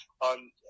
on